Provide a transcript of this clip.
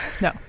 No